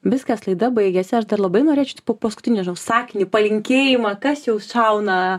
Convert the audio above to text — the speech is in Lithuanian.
viskas laida baigiasi aš dar labai norėčiau po paskutinį sakinį palinkėjimą kas jau šauna